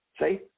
See